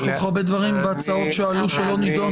יש כל כך הרבה דברים שעלו בהצעות, שלא נידונו.